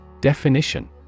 Definition